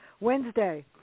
Wednesday